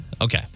Okay